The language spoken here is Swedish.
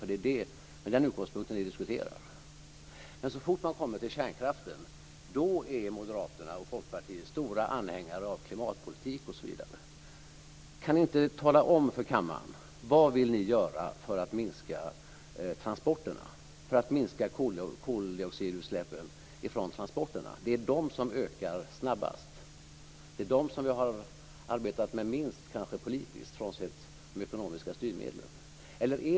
Ni diskuterar ju med den utgångspunkten. Så fort man kommer till kärnkraften är Moderaterna och Folkpartiet stora anhängare av klimatpolitik osv. Kan ni inte tala om för kammaren vad ni vill göra för att minska koldioxidutsläppen från transporterna? Det är de som ökar snabbast. Det är de som vi kanske har arbetat med minst politiskt, frånsett när det gäller de ekonomiska styrmedlen.